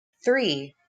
three